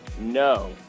No